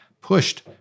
pushed